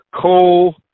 coal